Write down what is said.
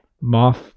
moth